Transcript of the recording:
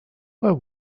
where